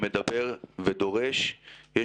לתת לשיטור העירוני בשילוב עם המשטרה יותר